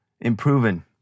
improving